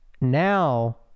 Now